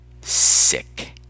sick